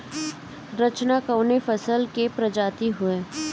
रचना कवने फसल के प्रजाति हयुए?